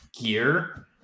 gear